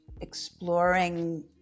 exploring